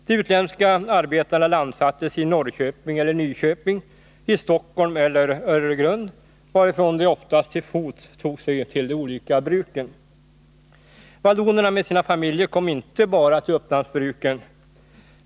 De utländska arbetarna landsattes i Norrköping eller Nyköping, i Stockholm eller Öregrund, varifrån de oftast till fots tog sig till de olika bruken. Vallonerna med sina familjer kom inte bara till Upplandsbruken.